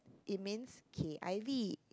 it means K_I_V